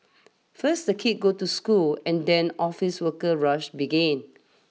first the kids go to school and then office worker rush begins